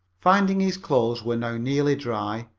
finding his clothes were now nearly dry,